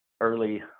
early